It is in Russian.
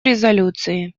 резолюции